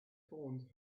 formed